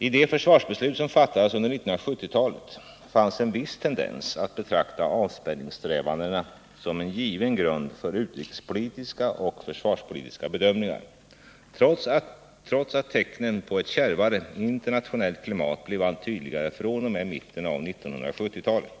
I de försvarsbeslut som fattades under 1970-talet fanns en viss tendens att betrakta avspänningssträvandena som en given grund för utrikespolitiska och försvarspolitiska bedömningar, trots att tecknen på ett kärvare internationellt klimat blev allt tydligare fr.o.m. mitten av 1970-talet.